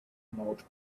malt